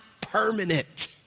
permanent